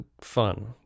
fun